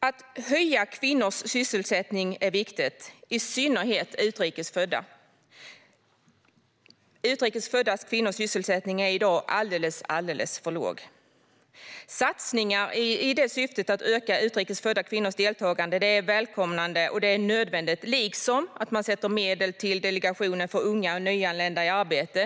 Att höja kvinnors sysselsättningsgrad är viktigt - i synnerhet gäller detta utrikes födda kvinnor, vars sysselsättningsgrad i dag är alldeles för låg. Satsningar i syfte att öka utrikes födda kvinnors deltagande på arbetsmarknaden är välkomna och nödvändiga. Välkommet och nödvändigt är också att man sätter av medel till Delegationen för unga och nyanlända till arbete.